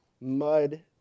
mud